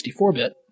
64-bit